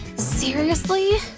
seriously?